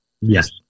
Yes